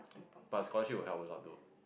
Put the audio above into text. but scholarship will help alot though